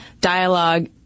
dialogue